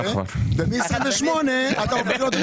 ומ-2028 אתה הופך להיות,